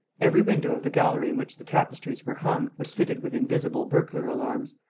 every window of the gallery in which the tapestries were hung was fitted with invisible burglar alarms,